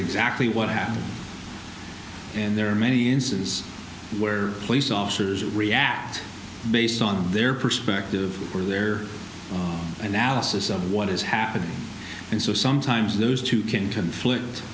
exactly what happened and there are many instances where police officers react based on their perspective or their analysis of what is happening and so sometimes those two can conflict